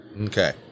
Okay